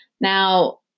Now